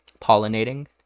pollinating